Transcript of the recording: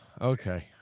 okay